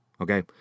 Okay